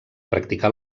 practicar